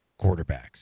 quarterbacks